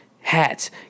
hats